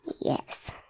Yes